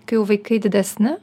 kai jau vaikai didesni